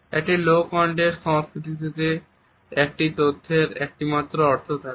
একটি low context সংস্কৃতিতে একটি তথ্যের একটিমাত্র অর্থ থাকে